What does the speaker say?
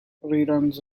reruns